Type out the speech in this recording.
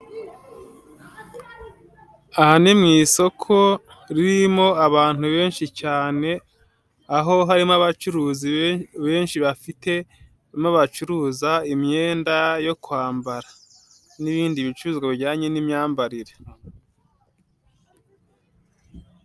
Aha ni mu isoko ririmo abantu benshi cyane, aho harimo abacuruzi benshi bafite ibyo barimo bacuruza, imyenda yo kwambara, n'ibindi bicuruzwa bijyanye n'imyambarire.